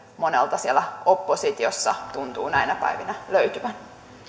monelta siellä oppositiossa tuntuu näinä päivinä löytyvän